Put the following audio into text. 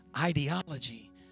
ideology